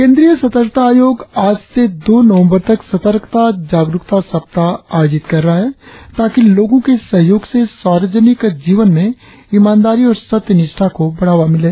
केंद्रीय सतर्कता आयोग आज से दो नवंबर तक सतर्कता जागरुकता सप्ताह आयोजित कर रहा है ताकि लोगों के सहयोग से सर्वजनिक जीवन में ईमानदारी और सत्यनिष्ठा को बढ़ावा मिले